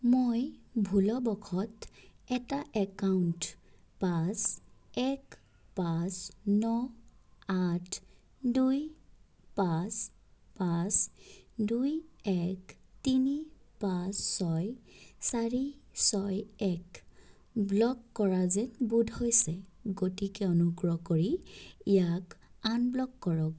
মই ভুলবশতঃ এটা একাউণ্ট পাঁচ এক পাঁচ ন আঠ দুই পাঁচ পাঁচ দুই এক তিনি পাঁচ ছয় চাৰি ছয় এক ব্লক কৰা যেন বোধ হৈছে গতিকে অনুগ্ৰহ কৰি ইয়াক আনব্লক কৰক